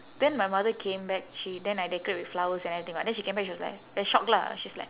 then my mother came back she then I decorate with flowers and everything [what] then she came back she was like very shocked lah she's like